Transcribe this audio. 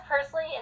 personally